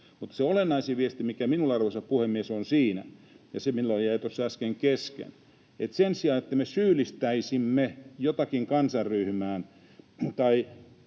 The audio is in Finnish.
olennaisin viesti, mikä minulla, arvoisa puhemies, on siinä — ja se minulla jäi tuossa äsken kesken — että se, että me syyllistäisimme jotakin kansanryhmää